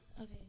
Okay